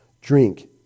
Drink